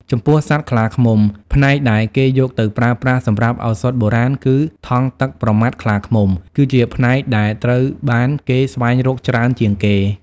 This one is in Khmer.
ចំពោះសត្វខ្លាឃ្មុំ ផ្នែកដែលគេយកទៅប្រើប្រាស់សម្រាប់ឱសថបុរាណគឺថង់ទឹកប្រមាត់ខ្លាឃ្មុំ គឺជាផ្នែកដែលត្រូវបានគេស្វែងរកច្រើនជាងគេ។